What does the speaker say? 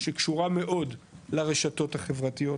שקשורה מאוד לרשתות החברתיות,